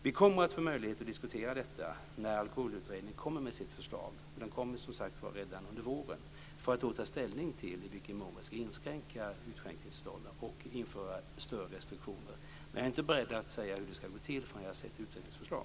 Vi kommer att få möjlighet att diskutera detta när Alkoholutredningen kommer med sitt förslag - och det sker som sagt var redan under våren - för att då ta ställning till i vilken mån vi ska inskränka utskänkningstillstånden och införa större restriktioner. Men jag är inte beredd att säga hur det ska gå till förrän jag har sett utredningens förslag.